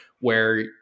where-